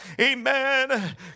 Amen